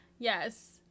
yes